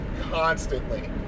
constantly